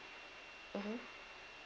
mmhmm